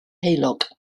heulog